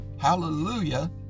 Hallelujah